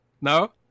no